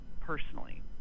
personally